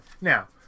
Now